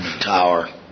tower